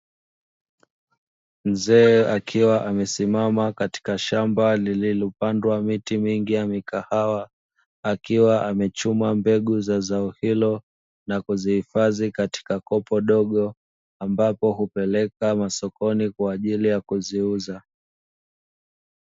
Mzee akiwa amesimama katika shamba lililopandwa miti mingi ya mikahawa akiwa amechuma mbegu za zao hilo na kuzihifadhi katika kopo dogo ambapo hupeka masokoni kwajili ya kuziuza.